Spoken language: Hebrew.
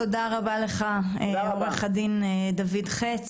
תודה רבה לך, עורך הדין דוד חץ.